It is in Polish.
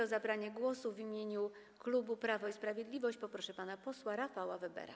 O zabranie głosu w imieniu klubu Prawo i Sprawiedliwość poproszę pana posła Rafała Webera.